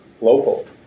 local